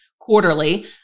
Quarterly